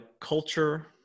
culture